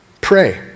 Pray